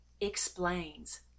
explains